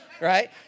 right